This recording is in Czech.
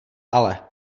ale